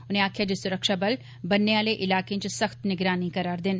उनें आक्खेआ जे सुरक्षाबल ब'न्ने आहले इलाकें इच सख्त निगरानी करा'रदे न